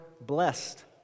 blessed